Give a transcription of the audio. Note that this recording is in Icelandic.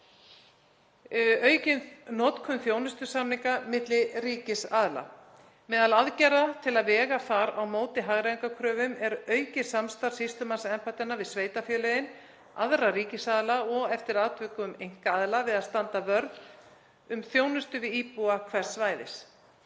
Aukin notkun þjónustusamninga milli ríkisaðila. Meðal aðgerða til að vega þar á móti hagræðingarkröfum er aukið samstarf sýslumannsembættanna við sveitarfélögin, aðra ríkisaðila og eftir atvikum einkaaðila við að standa vörð um þjónustu við íbúa hvers svæðis.